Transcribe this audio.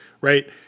right